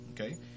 okay